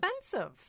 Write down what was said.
expensive